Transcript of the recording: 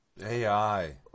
AI